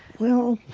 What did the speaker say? well